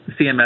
CMS